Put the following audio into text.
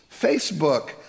Facebook